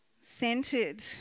centered